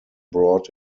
brought